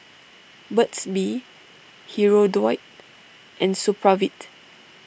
Burt's Bee Hirudoid and Supravit